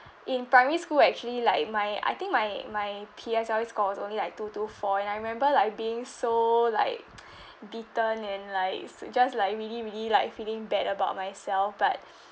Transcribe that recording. in primary school actually like my I think my my P_S_L_E score was only like two two four and I remember like being so like beaten and like just like really really like feeling bad about myself but